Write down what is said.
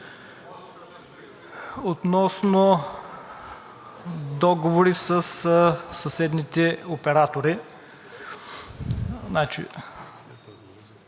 Относно договори със съседните оператори.